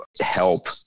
help